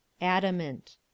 ADAMANT